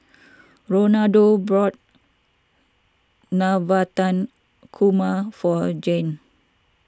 Ronaldo bought Navratan Korma for Jann